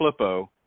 flippo